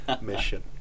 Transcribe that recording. mission